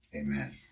Amen